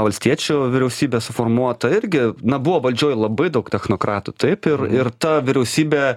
valstiečių vyriausybė suformuota irgi na buvo valdžioj labai daug technokratų taip ir ir ta vyriausybė